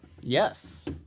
Yes